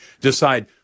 decide